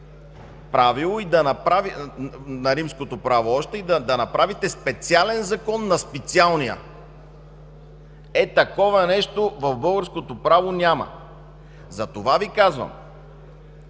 право, и да направите специален закон на специалния. Е, такова нещо в българското право няма. Слушах тук